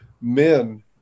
men